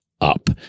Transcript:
up